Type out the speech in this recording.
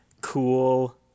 cool